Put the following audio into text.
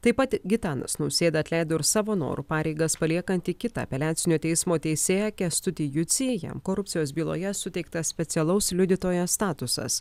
taip pat gitanas nausėda atleido ir savo noru pareigas paliekantį kitą apeliacinio teismo teisėją kęstutį jucį jam korupcijos byloje suteiktas specialaus liudytojo statusas